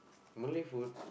Malay food